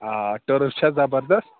آ ٹٔرٕف چھا زَبردست